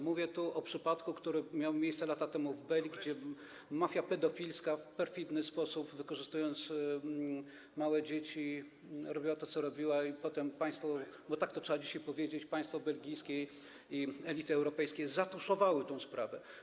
Mówię tu o przypadku, który miał miejsce lata temu w Belgi, gdzie mafia pedofilska w perfidny sposób wykorzystując małe dzieci, robiła to, co robiła, i potem państwo, bo tak to trzeba dzisiaj powiedzieć, państwo belgijskiej elity europejskiej zatuszowało tę sprawę.